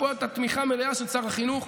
ופה הייתה תמיכה מלאה של שר החינוך.